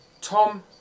Tom